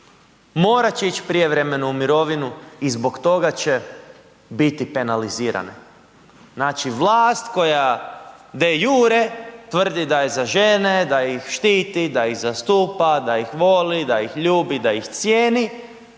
morat će ići prijevremeno u mirovinu i zbog toga će biti penalizirane. Znači vlast koja de iure tvrdi da je za žene, da ih štiti, da ih zastupa, da ih voli, da ih ljubi, da ih cijeni